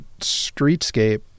streetscape